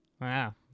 Wow